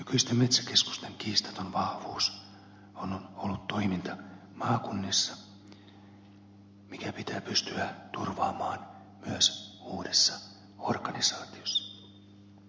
nykyisten metsäkeskusten kiistaton vahvuus on ollut toiminta maakunnissa joka pitää pystyä turvaamaan myös uudessa organisaatiossa